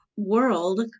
world